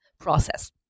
process